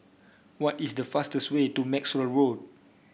what is the fastest way to Maxwell Road